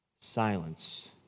Silence